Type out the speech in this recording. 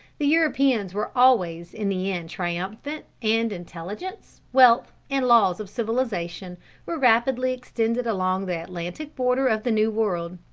the europeans were always in the end triumphant, and intelligence, wealth, and laws of civilization were rapidly extended along the atlantic border of the new world.